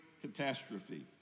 catastrophe